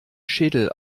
schädel